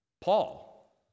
Paul